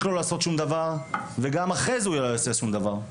לעשות שום דבר וגם אחרי זה הוא לא יעשה שום דבר.